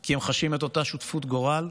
כי הם חשים את אותה שותפות גורל,